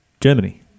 Germany